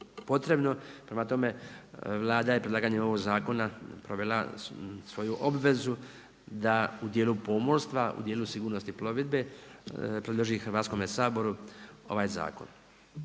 Prema tome, Vlada je predlaganjem ovoga zakona provela svoju obvezu da u dijelu pomorstva, u dijelu sigurnosti plovidbe predloži Hrvatskome zakonu ovaj zakon.